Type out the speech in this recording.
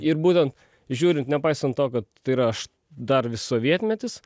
ir būtent žiūrint nepaisant to kad tai yra aš dar vis sovietmetis